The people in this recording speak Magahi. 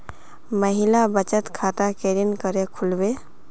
महिला बचत खाता केरीन करें खुलबे